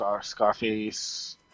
Scarface